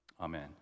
amen